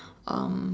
um